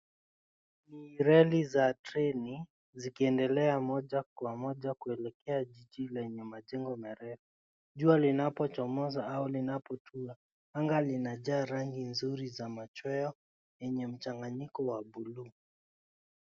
Ni reli za treni zikiendelea moja kwa moja kuelekea jiji lenye majengo marefu. Jua linapochomoza au linapotua, anga linajaa rangi nzuri za machweo yenye mchanganyiko wa bluu.